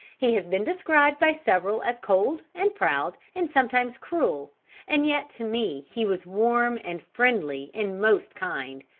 he has been described by several as cold, and proud, and sometimes cruel and yet to me he was warm, and friendly, and most kind.